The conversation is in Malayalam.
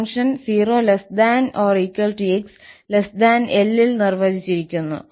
ഫംഗ്ഷൻ 0 ≤ 𝑥 𝐿 ൽ നിർവ്വചിച്ചിരിക്കുന്നു